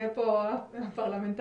שלום.